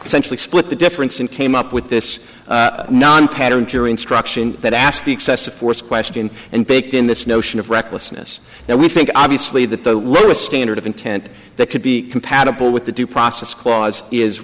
essentially split the difference and came up with this pattern jury instruction that asked the excessive force question and baked in this notion of recklessness now we think obviously that the lower standard of intent that could be compatible with the due process clause is